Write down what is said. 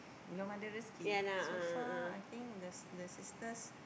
belum ada rezeki so far I think the the sisters